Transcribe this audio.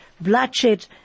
bloodshed